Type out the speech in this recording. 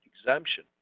exemption